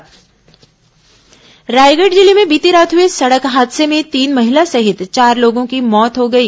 दूर्घटना रायगढ़ जिले में बीती रात हुए सड़क हादसे में तीन महिला सहित चार लोगों की मौत हो गई